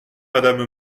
madame